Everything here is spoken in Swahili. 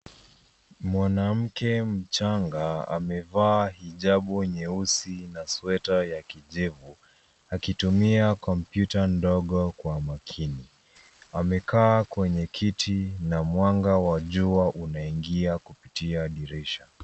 Mwanamke mchanga, amevaa hijabu nyeusi na sweta ya kijivu, akitumia kompyuta ndogo kwa makini. Amekaa kwenye kiti na mwanga wa jua unaingia kupitia dirisha.